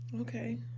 okay